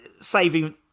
saving